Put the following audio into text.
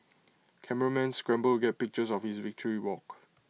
cameramen scramble to get pictures of his victory walk